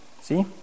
see